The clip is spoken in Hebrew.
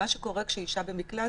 כשאישה במקלט,